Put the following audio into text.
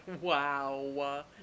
wow